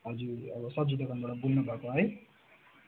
हजुर अब सब्जी दोकानबाट बोल्नु भएको है